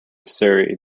surrey